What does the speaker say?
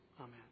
amen